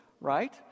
Right